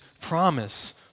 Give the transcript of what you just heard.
promise